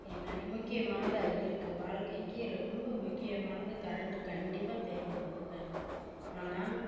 முக்கியமானதாக இருக்குது வாழ்க்கைக்கு ரொம்ப முக்கியமானது கரண்ட் கண்டிப்பாக தேவைப்படுதுங்க ஆனால்